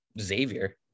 Xavier